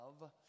love